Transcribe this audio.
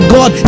God